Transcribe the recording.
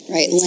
Right